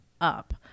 up